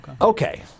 Okay